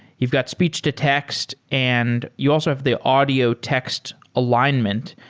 you've got speech-to-text and you also have the audio text alignment.